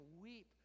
weep